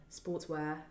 sportswear